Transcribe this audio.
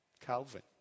Calvin